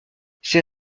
ces